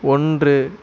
ஒன்று